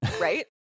Right